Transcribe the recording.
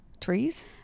Trees